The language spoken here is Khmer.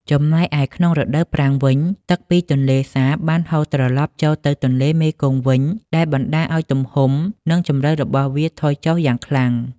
ចំណែកឯក្នុងរដូវប្រាំងវិញ ទឹកពីទន្លេសាបបានហូរត្រឡប់ចូលទៅទន្លេមេគង្គវិញ ដែលបណ្តាលឲ្យទំហំ និងជម្រៅរបស់វាថយចុះយ៉ាងខ្លាំង។